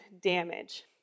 damage